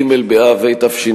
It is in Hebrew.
ג' באב התש"ע,